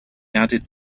added